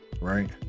Right